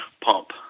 pump